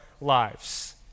lives